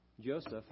Joseph